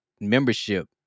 Membership